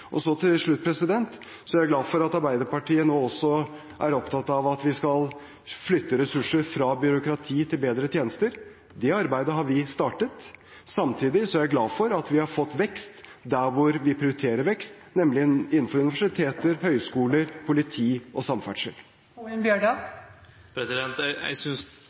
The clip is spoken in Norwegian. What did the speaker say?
Til slutt: Jeg er glad for at Arbeiderpartiet nå også er opptatt av at vi skal flytte ressurser fra byråkrati til bedre tjenester. Det arbeidet har vi startet. Samtidig er jeg glad for at vi har fått vekst der hvor vi prioriterer vekst, nemlig innenfor universiteter, høyskoler, politi og samferdsel.